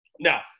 Now